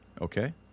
Okay